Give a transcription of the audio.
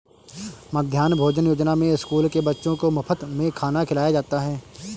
मध्याह्न भोजन योजना में स्कूल के बच्चों को मुफत में खाना खिलाया जाता है